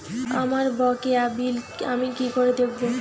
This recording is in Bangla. আমার বকেয়া বিল আমি কি করে দেখব?